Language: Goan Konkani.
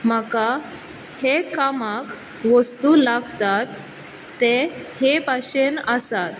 म्हाका हे कामाक वस्तू लागतात ते हे भाशेन आसात